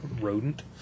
rodent